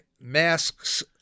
masks